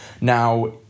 Now